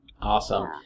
Awesome